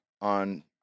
on